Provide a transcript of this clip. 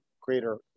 greater